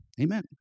Amen